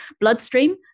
bloodstream